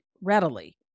readily